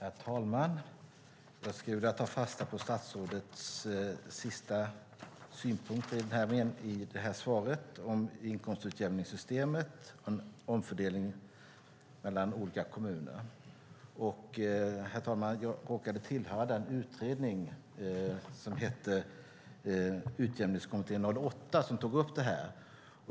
Herr talman! Jag skulle vilja ta fasta på statsrådets sista synpunkter i interpellationssvaret, om inkomstutjämningssystemet och omfördelning mellan de olika kommunerna. Herr talman! Jag råkade tillhöra den utredning som hette Utjämningskommittén 08 och som tog upp detta.